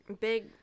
big